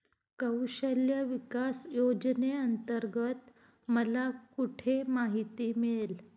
कौशल्य विकास योजनेअंतर्गत मला कुठे माहिती मिळेल?